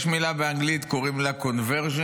יש מילה באנגלית, קוראים לה conversion,